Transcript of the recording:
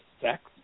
sex